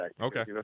Okay